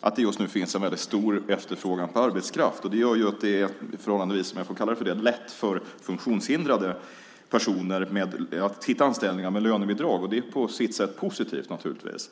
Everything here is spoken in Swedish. att det just nu finns en stor efterfrågan på arbetskraft. Det gör att det är förhållandevis lätt - om jag får kalla det för det - för funktionshindrade personer att hitta anställningar med lönebidrag. Det är naturligtvis på sitt sätt positivt.